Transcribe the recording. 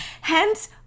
Hence